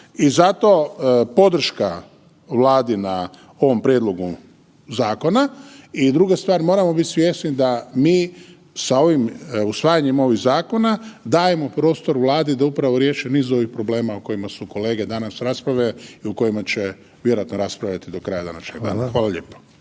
I zato podrška Vladi na ovom prijedlogu zakona i druga stvar moramo biti svjesni da mi s usvajanjem ovih zakona dajemo prostor Vladi da upravo riješi niz ovih problema o kojima su kolege danas raspravljale i o kojima će vjerojatno raspravljati do kraja današnjeg dana. Hvala lijepo.